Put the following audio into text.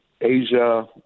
Asia